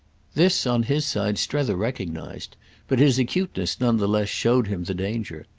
this on his side strether recognised but his acuteness none the less showed him the danger.